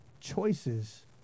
choices